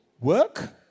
work